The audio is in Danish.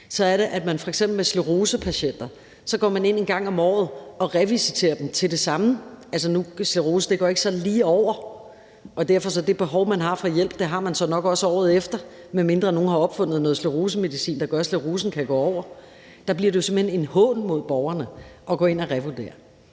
er, at man f.eks. med sklerosepatienter går ind en gang om året og revisiterer dem til det samme. Sclerose er ikke noget, der lige går over, og derfor har man nok det samme behov for hjælp året efter, medmindre nogen har opfundet noget sklerosemedicin, der gør, at sklerosen kan gå over. Der bliver det jo simpelt hen en hån mod borgerne at gå ind og revurdere.